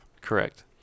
Correct